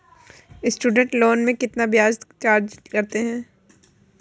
Student loan में कितना ब्याज चार्ज करते हैं?